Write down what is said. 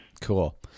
Cool